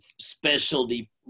specialty